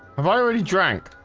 i've already drank.